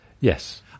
Yes